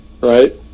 right